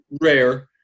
rare